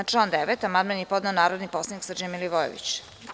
Na član 9. amandman je podneo narodni poslanik Srđan Milivojević.